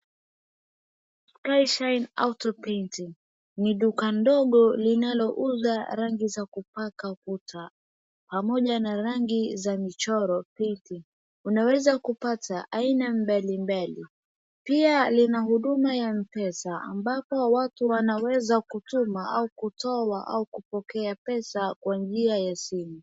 Sky shine auto painting . Ni duka ndogo linalouza rangi za kupaka kuta pamoja na rangi za michoro picha. Unaweza kupata aina mbalimbali. Pia lina huduma ya mpesa ambapo watu wanaweza kutuma au kutoa au kupokea pesa kwa njia ya simu.